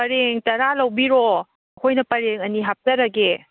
ꯄꯔꯦꯡ ꯇꯔꯥ ꯂꯧꯕꯤꯔꯣ ꯑꯩꯈꯣꯏꯅ ꯄꯔꯦꯡ ꯑꯅꯤ ꯍꯥꯞꯆꯔꯒꯦ